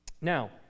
Now